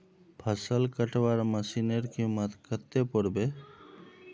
फसल कटवार मशीनेर कीमत कत्ते पोर बे